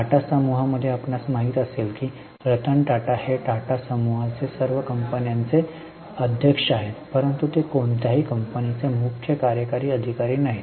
टाटा समूहामध्ये आपणास माहित आहे की रतन टाटा हे टाटा समूहाच्या सर्व कंपन्यांचे अध्यक्ष आहेत परंतु ते कोणत्याही कंपनीचे मुख्य कार्यकारी अधिकारी नाहीत